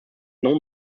non